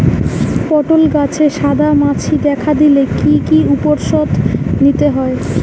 পটল গাছে সাদা মাছি দেখা দিলে কি কি উপসর্গ নিতে হয়?